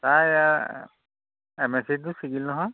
তাই এয়া M S চিটো ছিগিল নহয়